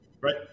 right